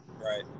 Right